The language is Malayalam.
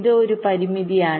ഇത് ഒരു പരിമിതിയാണ്